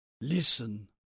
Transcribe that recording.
listen